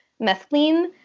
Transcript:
methylene